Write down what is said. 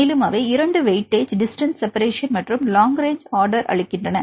மேலும் அவை 2 weightage distance separation மற்றும் லாங் ரேங்ச் ஆர்டர் அளிக்கின்றன